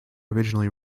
originally